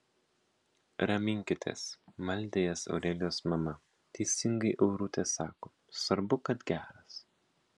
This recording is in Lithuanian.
raminkitės maldė jas aurelijos mama teisingai aurutė sako svarbu kad geras